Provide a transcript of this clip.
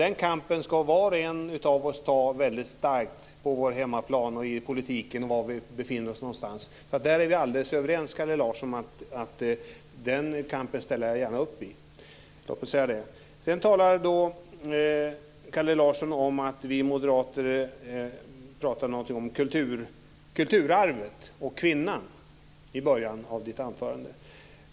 Den kampen ska var och en av oss utkämpa på vår hemmaplan och i politiken, och den kampen ställer jag gärna upp i. Sedan sade Kalle Larsson i början av sitt anförande att vi moderater talar om kulturarvet och kvinnan.